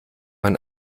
man